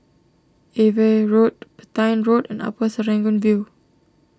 Ava Road Petain Road and Upper Serangoon View